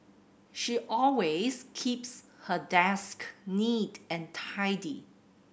she always keeps her desk neat and tidy